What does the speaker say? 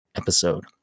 episode